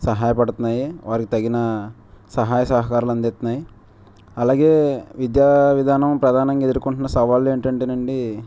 సహాయపడుతున్నాయి వారికి తగిన సహాయ సహకారాలు అందిస్తున్నాయి అలాగే విద్యా విధానం ప్రధానంగా ఎదుర్కొంటున్న సవాళ్ళు ఏంటంటేనండి